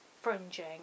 fringing